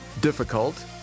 difficult